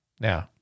Now